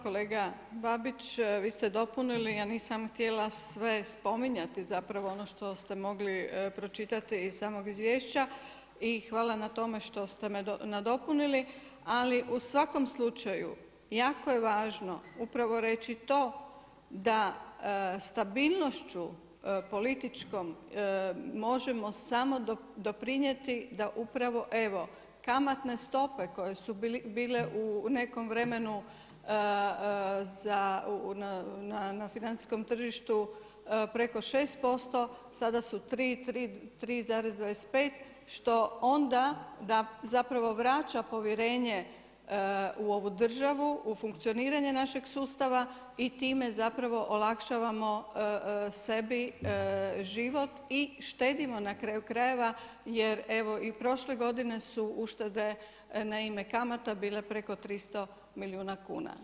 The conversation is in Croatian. Kolega Babić, vi ste dopunili, ja nisam htjela sve spominjati zapravo ono što ste mogli pročitati iz samog izvješća, i hvala na tome što ste me nadopunili, ali u svakom slučaju, jako je važno upravo reći to da stabilnošću političkom, možemo samo doprinijeti da upravo evo kamatne stope koje su bile u nekom vremenu na financijskom tržištu preko 6% sada su 3,25, što onda zapravo vraća povjerenje u ovu državu, u funkcioniranje našeg sustava i time zapravo, olakšavamo sebi život i štedimo na kraju krajeva, jer evo i prošle godine su uštede na ime kamata bile preko 300 milijuna kuna.